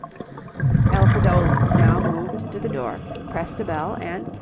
elsa doland now moved to the door, pressed a bell, and,